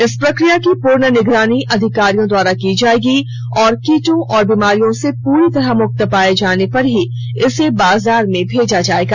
इस प्रक्रिया की पूर्ण निगरानी अधिकारियों द्वारा की जाएगी और कीटों और बीमारियों से पूरी तरह मुक्त पाए जाने पर ही इसे बाजार में भेजा जाएगा